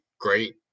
great